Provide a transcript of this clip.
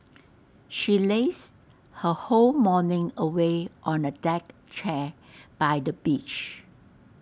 she lazed her whole morning away on A deck chair by the beach